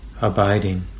abiding